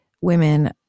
women